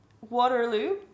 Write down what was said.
Waterloo